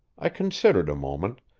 i considered a moment,